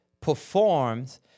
performs